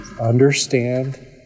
understand